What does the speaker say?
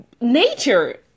Nature